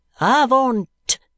Avant